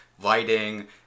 lighting